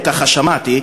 או ככה שמעתי,